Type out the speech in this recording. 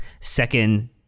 second-